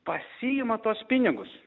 pasiima tuos pinigus